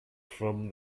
from